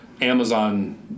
Amazon